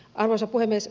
arvoisa puhemies